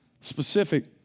specific